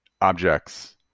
objects